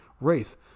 race